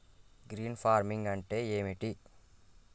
Green farming అంటే ఏమిటి?